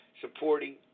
supporting